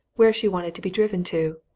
where she wanted to be driven to.